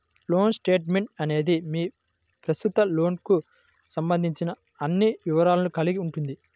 loan statement అనేది మీ ప్రస్తుత లోన్కు సంబంధించిన అన్ని వివరాలను కలిగి ఉంటుంది